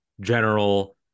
general